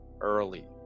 early